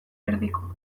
erdiko